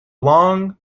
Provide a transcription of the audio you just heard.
long